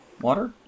water